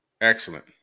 Excellent